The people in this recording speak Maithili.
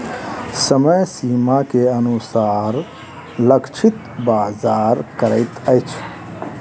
समय सीमा के अनुसार लक्षित बाजार करैत अछि